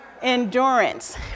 Endurance